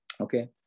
Okay